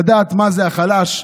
לדעת מה זה החלש,